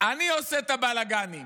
אני עושה את הבלגנים,